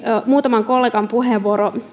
muutaman kollegan puheenvuoro